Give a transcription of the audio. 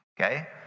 okay